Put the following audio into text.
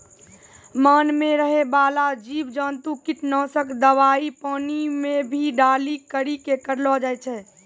मान मे रहै बाला जिव जन्तु किट नाशक दवाई पानी मे भी डाली करी के करलो जाय छै